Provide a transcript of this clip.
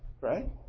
right